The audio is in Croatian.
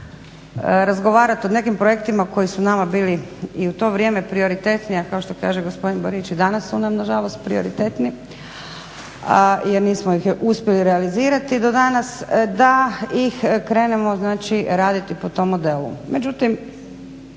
razgovarat o nekim projektima koji su nama bili i u tom vrijeme prioritetni. A kao što kaže gospodin Borić i danas su nam na žalost prioritetni, jer nismo ih uspjeli realizirat do danas. Da ih krenemo znači raditi po tom modelu.